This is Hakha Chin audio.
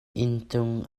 inntung